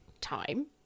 time